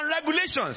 Regulations